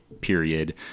period